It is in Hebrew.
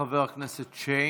חבר הכנסת שיין,